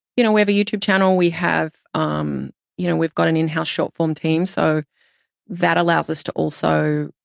you know, we have a youtube channel, we have, um you know, we've got an in-house short form team. so that allows us to also